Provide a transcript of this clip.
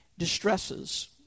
distresses